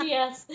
Yes